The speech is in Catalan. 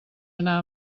anar